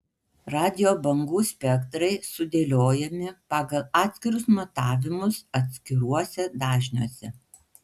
radijo bangų spektrai sudėliojami pagal atskirus matavimus atskiruose dažniuose